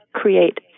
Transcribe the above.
create